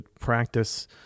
practice